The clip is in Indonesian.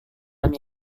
yang